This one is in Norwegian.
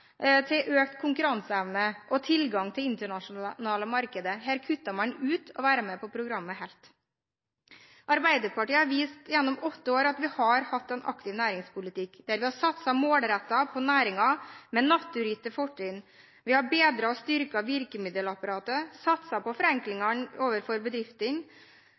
til økt konkurranseevne og tilgang til internasjonale markeder. Her kutter man helt ut å være med på programmet. Arbeiderpartiet har vist gjennom åtte år at vi har hatt en aktiv næringspolitikk, der vi har satset målrettet på næringer med naturgitte fortrinn. Vi har bedret og styrket virkemiddelapparatet, satset på forenklinger overfor bedriftene,